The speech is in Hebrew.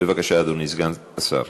בבקשה, אדוני סגן השר.